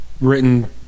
written